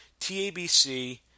TABC